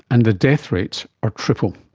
and the death rates are triple.